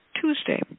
Tuesday